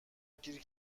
گیر